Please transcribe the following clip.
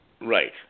Right